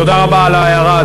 תודה רבה על ההערה,